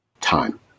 time